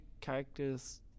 Characters